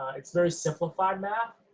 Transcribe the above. it's very simplified math.